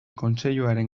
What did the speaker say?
kontseiluaren